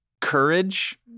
Courage